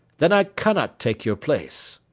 that i cannot take your place.